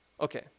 okay